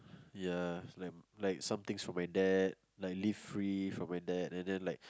ya like like somethings from my dad like live free from my dad and then like